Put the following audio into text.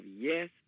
yes